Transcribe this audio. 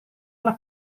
alla